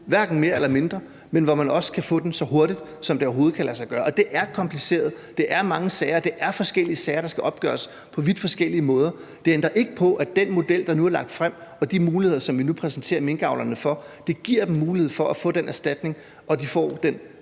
være på en sådan måde, at man kan få den så hurtigt, som det overhovedet kan lade sig gøre. Det er kompliceret, det er mange sager, og det er forskellige sager, der skal opgøres på vidt forskellige måder. Det ændrer ikke på, at den model, der nu er lagt frem, og de muligheder, som vi nu præsenterer minkavlerne for, giver dem mulighed for at få en erstatning, og de får den